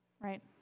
right